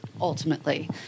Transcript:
ultimately